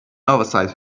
oversize